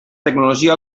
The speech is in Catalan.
tecnologia